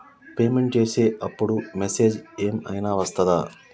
Payment చేసే అప్పుడు message ఏం ఐనా వస్తదా?